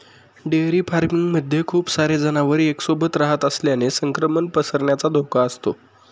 dairy farming मध्ये खूप सारे जनावर एक सोबत रहात असल्याने संक्रमण पसरण्याचा धोका असतो